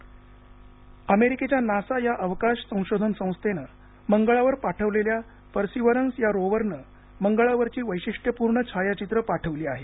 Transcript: NASA अमेरिकेच्या NASA या अवकाश संशोधन संस्थेनं मंगळावर पाठवलेल्या पर्सिवरंस या रोवरनं मंगळावरची वैशिष्ट्यपूर्ण छायाचित्र पाठवली आहेत